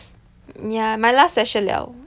yah my last session liao